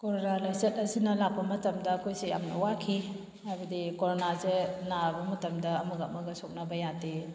corona ꯂꯥꯏꯆꯠ ꯑꯁꯤꯅ ꯂꯥꯛꯄ ꯃꯇꯝꯗ ꯑꯩꯈꯣꯏꯁꯦ ꯌꯥꯝꯅ ꯋꯥꯈꯤ ꯍꯥꯏꯕꯗꯤ ꯀꯣꯔꯣꯅꯥꯁꯦ ꯅꯥꯕ ꯃꯇꯝꯗ ꯑꯃꯒ ꯑꯃꯒ ꯁꯣꯛꯅꯕ ꯌꯥꯗꯦ